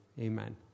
amen